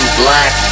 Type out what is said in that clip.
black